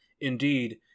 Indeed